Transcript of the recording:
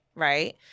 Right